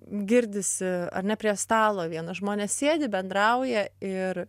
girdisi ar ne prie stalo vienas žmonės sėdi bendrauja ir